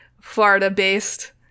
Florida-based